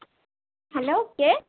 hello কে